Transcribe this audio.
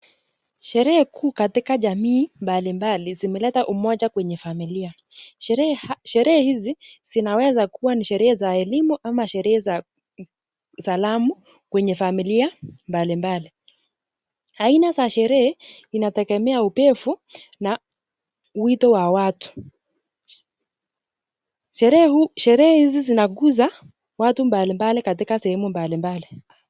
Sherehe kuu katika jamii mbalimbali zimeleta umoja kwenye familia. Sherehe hizi, zinaweza kuwa ni sherehe za elimu ama sherehe za salamu kwenye familia mbalimbali. Aina za sherehe inategemea upevu na wito wa watu. Sherehe hizi zinaguza watu mbalimbali katika sehemu mbalimbali.